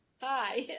Hi